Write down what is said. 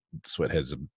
sweathead's